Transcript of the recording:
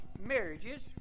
marriages